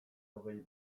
hogei